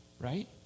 Right